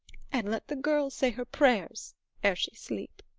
and let the girl say her prayers ere she sleep.